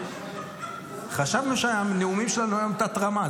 חשבנו שהנאומים שלנו הם תת-רמה.